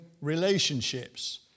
relationships